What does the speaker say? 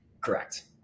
Correct